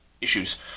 Issues